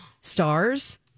stars